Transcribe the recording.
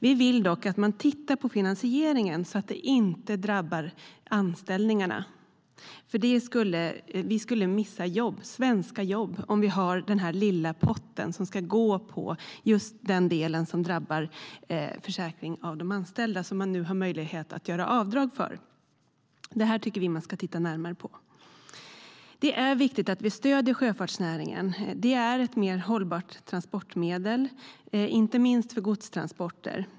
Vi vill dock att man tittar på finansieringen så att den inte drabbar anställningarna. Vi skulle mista svenska jobb med den lilla pott som ska tas ut från den del som drabbar försäkring av de anställda, som det nu finns möjlighet att göra avdrag för. Det tycker vi att man ska titta närmare på. Det är viktigt att vi stöder sjöfartsnäringen. Det är ett mer hållbart transportmedel, inte minst för godstransporter.